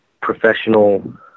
Professional